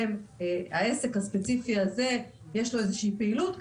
העסק הספציפי הזה יש לו איזושהי פעילות כאן,